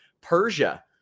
Persia